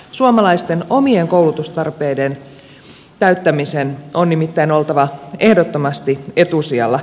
suomalaisten omien koulutustarpeiden täyttämisen on nimittäin oltava ehdottomasti etusijalla